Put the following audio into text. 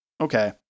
Okay